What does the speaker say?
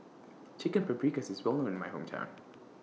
Chicken Paprikas IS Well known in My Hometown